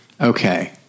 Okay